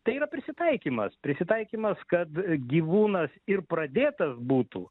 tai yra prisitaikymas prisitaikymas kad gyvūnas ir pradėtas būtų